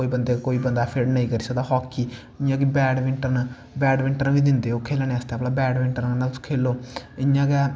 कोई बंदा ऐफोड़ नेंई करी सकदा हॉकी जियां कि बैड़मिंटन बैड़मिंटन बी दिंदे ओह् खेलनै आस्तै भला बैड़मिटन आंदा तुस खेलो इयां गै